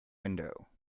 window